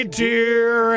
dear